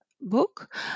book